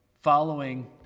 following